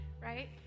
right